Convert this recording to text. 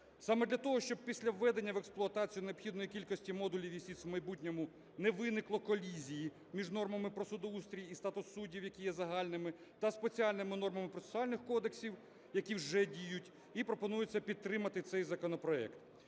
Саме для того, щоб після введення в експлуатацію необхідної кількості модулів ЄСІТС в майбутньому не виникло колізії між нормами про судоустрій і статус суддів, які є загальними, та спеціальними нормами процесуальних кодексів, які вже діють, і пропонується підтримати цей законопроект.